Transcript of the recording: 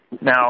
Now